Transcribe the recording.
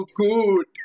good